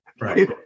right